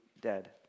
dead